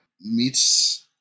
meets